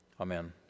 Amen